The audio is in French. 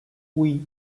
oui